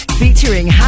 featuring